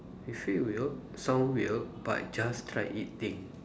if it weird sound weird but just try it thing